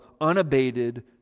unabated